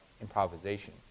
improvisation